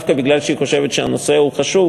דווקא משום שהיא חושבת שהנושא חשוב,